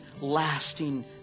lasting